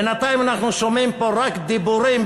בינתיים אנחנו שומעים פה רק דיבורים,